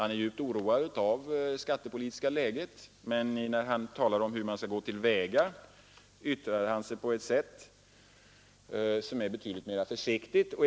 Han är djupt oroad över det skattepolitiska läget, men när han talar om hur man skall gå till väga uttalar han sig på ett betydligt mer försiktigt sätt.